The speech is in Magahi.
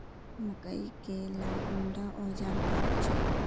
मकई के ला कुंडा ओजार काट छै?